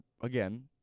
again